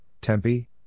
Tempe